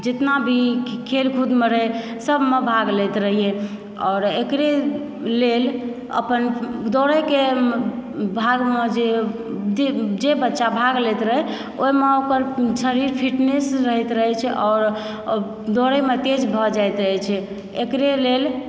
जितना भी खेलकूदमे रहय सभमे भाग लैत रहियै आओर एकरे लेल अपन दौड़यके भागमऽ जे बच्चा भाग लैत रहय ओहिमे ओकर शरीर फिटनेस रहैत रहय छै आओर दौड़यमऽ तेज भऽ जाइत अछि एकरे लेल